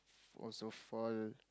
also fall